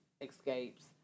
escapes